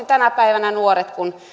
tänä päivänä nuoret